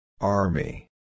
Army